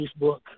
Facebook